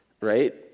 right